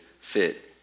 fit